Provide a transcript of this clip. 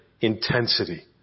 intensity